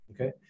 Okay